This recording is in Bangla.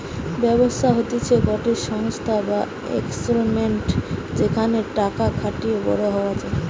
ব্যবসা হতিছে গটে সংস্থা বা এস্টাব্লিশমেন্ট যেখানে টাকা খাটিয়ে বড়ো হওয়া যায়